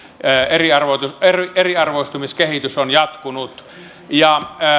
eriarvoistumiskehitys on jatkunut